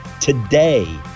today